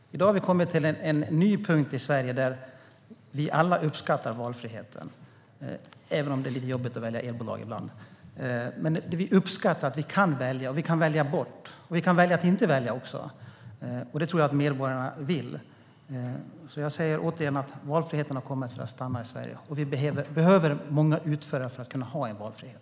I dag har vi kommit till en ny punkt i Sverige där vi alla uppskattar valfriheten, även om det är lite jobbigt att välja elbolag ibland. Men vi uppskattar att vi kan välja och välja bort. Vi kan också välja att inte välja. Detta är något som jag tror att medborgarna vill, så jag säger återigen att valfriheten har kommit för att stanna i Sverige. Och vi behöver många utförare för att kunna ha en valfrihet.